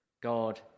God